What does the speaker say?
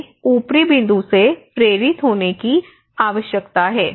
हमें ऊपरी बिंदु से प्रेरित होने की आवश्यकता है